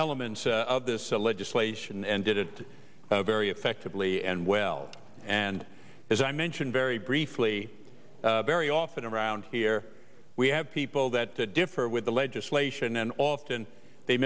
elements of this legislation and did it very effectively and well and as i mentioned very briefly very often around here we have people that differ with the legislation and often they